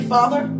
Father